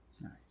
Nice